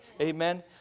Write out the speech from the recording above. Amen